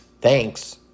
Thanks